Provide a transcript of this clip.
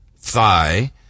thigh